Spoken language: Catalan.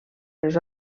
les